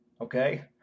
Okay